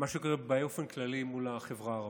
מה שקורה באופן כללי מול החברה הערבית,